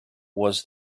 was